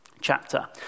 chapter